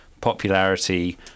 popularity